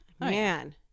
Man